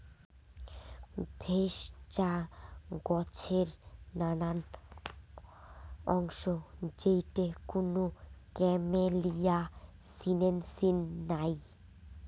ভেষজ চা গছের নানান অংশ যেইটে কুনো ক্যামেলিয়া সিনেনসিস নাই